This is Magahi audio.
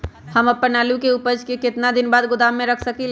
हम अपन आलू के ऊपज के केतना दिन बाद गोदाम में रख सकींले?